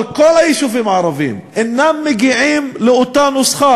אבל כל היישובים הערביים אינם מגיעים לאותה סכום בנוסחה,